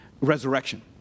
resurrection